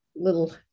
little